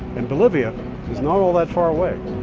and bolivia is not all that far away.